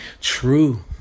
true